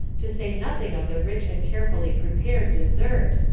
to say nothing of the rich and carefully prepared dessert,